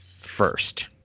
first